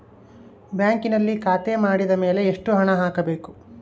ಬ್ಯಾಂಕಿನಲ್ಲಿ ಖಾತೆ ಮಾಡಿದ ಮೇಲೆ ಎಷ್ಟು ಹಣ ಹಾಕಬೇಕು?